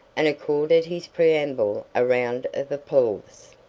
and accorded his preamble a round of applause.